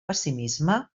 pessimisme